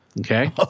okay